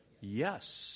Yes